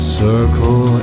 circle